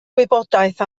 wybodaeth